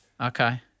Okay